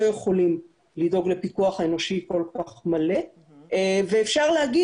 יכולים לדאוג לפיקוח אנושי כל כך מלא ואפשר לומר,